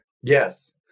Yes